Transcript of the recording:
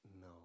No